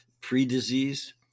pre-disease